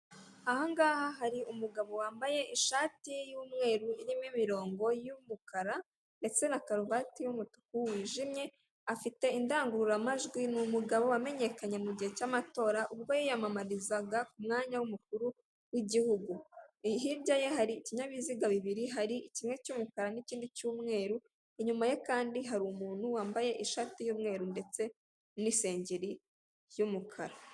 Aha ngaha hari umugabo wambaye ishati y'umweru irimo imirongo y'umukara ndetse na karuvati y'umutuku wijimye, afite indangururamajwi, ni umugabo wamenyekanye mu gihe cy'amatora ubwo yiyamamarizaga ku mwanya w'umukuru w'igihugu, hirya ye hari ikinyabiziga bibiri, hari kimwe cy'umukara n'ikindi cyumweru, inyuma ye kandi hari umuntu wambaye ishati y'umweru ndetse n'isengeri y'umukara.